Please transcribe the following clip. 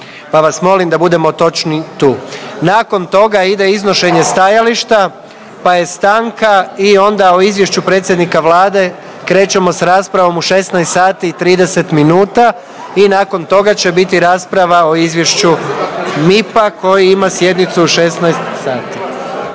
pa vas molim da budemo točni tu. Nakon toga ide iznošenje stajališta, pa je stanka i onda o Izvješću predsjednika Vlade. Krećemo sa raspravom u 16 sati i 30 minuta i nakon toga će biti rasprava o izvješću MIP-a koji ima sjednicu u 16,00 sati.